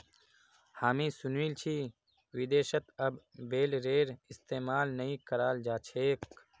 हामी सुनील छि विदेशत अब बेलरेर इस्तमाल नइ कराल जा छेक